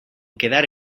quedar